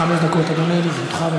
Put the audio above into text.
חמש דקות, אדוני, לרשותך.